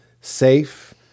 safe